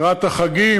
לקראת החגים,